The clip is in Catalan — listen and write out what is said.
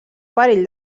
perill